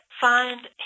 find